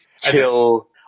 kill